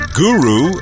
guru